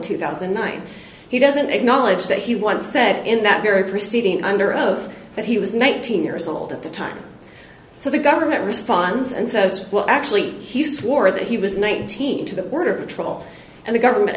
two thousand and nine he doesn't acknowledge that he once said in that very proceeding under oath that he was nineteen years old at the time so the government responds and says well actually he swore that he was nineteen to the border patrol and the government